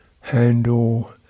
handle